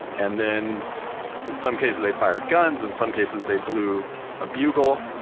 and then in some cases they fired guns in some cases they blew a bugle,